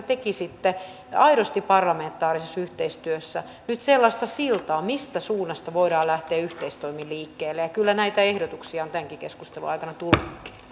tekisitte aidosti parlamentaarisessa yhteistyössä nyt sellaista siltaa mistä suunnasta voidaan lähteä yhteistoimin liikkeelle ja kyllä näitä ehdotuksia on tämänkin keskustelun aikana tullut